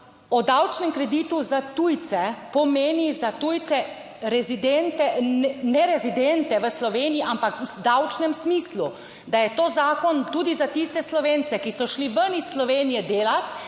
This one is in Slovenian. o davčnem kreditu za tujce pomeni za tujce rezidente, nerezidente v Sloveniji, ampak v davčnem smislu, da je to zakon tudi za tiste Slovence, ki so šli ven iz Slovenije delati,